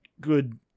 good